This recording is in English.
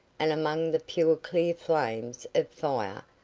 and among the pure clear flames of fire,